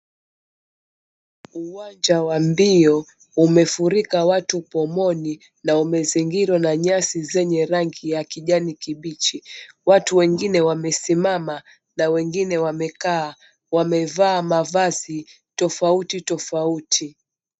Uwanja wa mbio umefurika watu pomoni na umezingirwa na nyasi zenye rangi ya kijani kibichi. Watu wengine wamesimama na wengine wamekaa wamevaa mavazi tofauti tofauti.